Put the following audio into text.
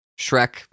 Shrek